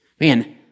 Man